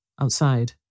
outside